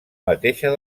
mateixa